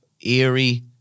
eerie